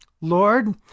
Lord